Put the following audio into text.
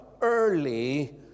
early